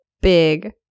big